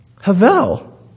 Havel